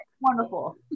wonderful